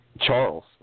Charles